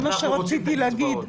זה מה שרציתי להגיד.